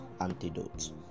Antidote